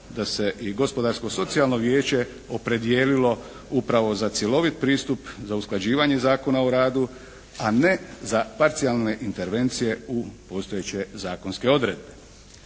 da se i Gospodarsko-socijalno vijeće opredijelilo upravo za cjelovit pristup za usklađivanje Zakona o radu a ne za parcijalne intervencije u postojeće zakonske odredbe.